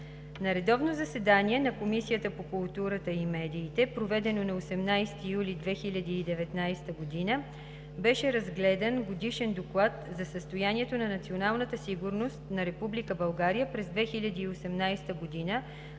На редовно заседание на Комисията по културата и медиите, проведено на 18 юли 2019 г., беше разгледан Годишен доклад за състоянието на националната сигурност на Република